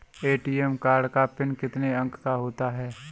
ATM card का PIN कितने अंकों का होता है?